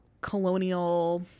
colonial